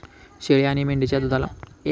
शेळी आणि मेंढीच्या दूधाला मागणी आहे का?